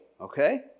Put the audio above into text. okay